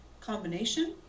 combination